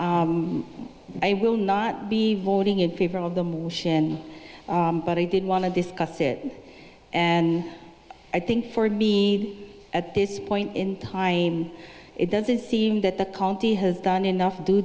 along i will not be voting in favor of the motion but i did want to discuss it and i think for me at this point in time it doesn't seem that the county has done enough due